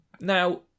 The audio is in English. Now